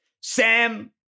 Sam